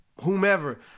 whomever